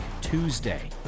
Tuesday